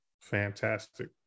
fantastic